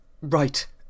Right